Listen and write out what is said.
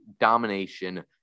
domination